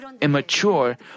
immature